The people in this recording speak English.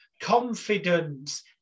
confidence